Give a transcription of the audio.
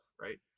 right